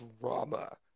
drama